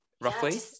roughly